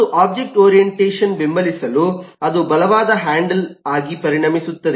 ಮತ್ತು object orientation ಬೆಂಬಲಿಸಲು ಅದು ಬಲವಾದ ಹ್ಯಾಂಡಲ್ ಆಗಿ ಪರಿಣಮಿಸುತ್ತದೆ